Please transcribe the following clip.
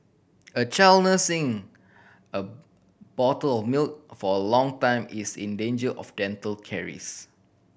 a child nursing a bottle of milk for a long time is in danger of dental caries